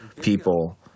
people